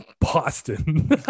boston